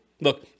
look